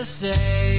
say